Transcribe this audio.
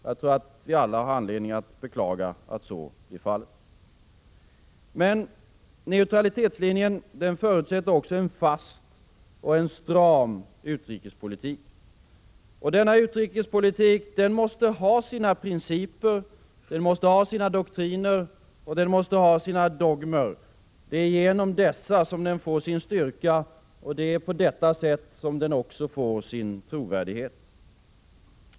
Jag tror att vi alla har anledning att beklaga att så blir fallet. Men neutralitetslinjen förutsätter också en fast och stram utrikespolitik. Denna utrikespolitik måste ha sina principer, doktriner och dogmer. Det är genom dessa den får sin styrka och sin trovärdighet.